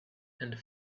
and